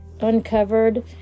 uncovered